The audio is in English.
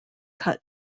cut